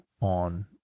on